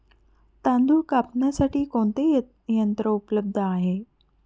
तांदूळ कापण्यासाठी कोणते यंत्र उपलब्ध आहे?